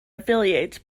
affiliates